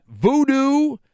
voodoo